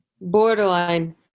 borderline